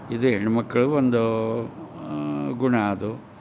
ಇದು ಹೆಣ್ಣು ಮಕ್ಳಗೆ ಒಂದು ಗುಣ ಅದು